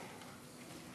למכינות "אופק"?